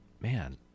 man